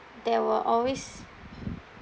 there will always